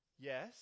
Yes